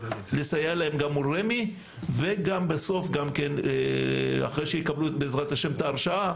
לסייע להן גם מול רמ"י ובסוף אחרי שיקבלו את ההרשאה,